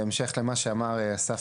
בהמשך למה שאמר אסף,